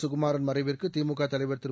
சுகுமாறள் மறைவிற்கு திமுக தலைவர் திரு